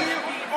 רב עיר,